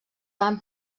van